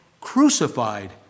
crucified